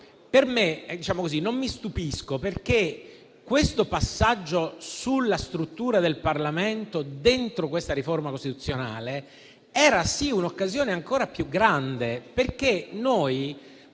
non mi stupisco perché questo passaggio sulla struttura del Parlamento dentro questa riforma costituzionale era - sì - un'occasione ancora più grande. Desidero